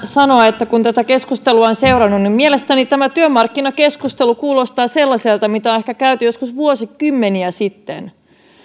sanoa että kun tätä keskustelua on seurannut niin mielestäni tämä työmarkkinakeskustelu kuulostaa sellaiselta mitä on ehkä käyty joskus vuosikymmeniä sitten